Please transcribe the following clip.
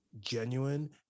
genuine